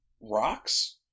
rocks